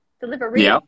delivery